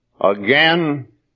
again